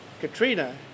Katrina